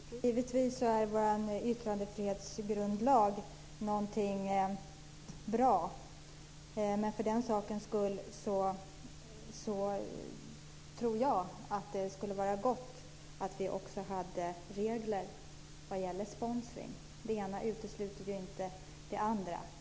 Fru talman! Givetvis är vår yttrandefrihetsgrundlag någonting bra. Men jag tror ändå att det skulle vara gott att vi också hade regler för sponsring. Det ena utesluter ju inte det andra.